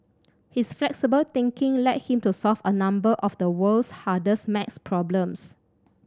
his flexible thinking led him to solve a number of the world's hardest maths problems